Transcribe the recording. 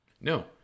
No